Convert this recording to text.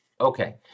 Okay